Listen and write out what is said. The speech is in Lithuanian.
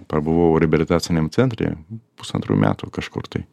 pabuvau reabilitaciniam centre pusantrų metų kažkur tai